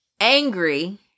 angry